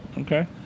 Okay